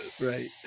Right